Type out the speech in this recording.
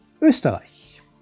Österreich